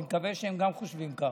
אני מקווה שהם גם חושבים כך.